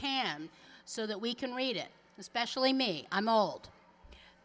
can so that we can read it especially me i'm old